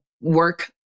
work